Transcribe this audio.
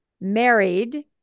married